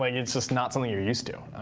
like it's just not something you're used to.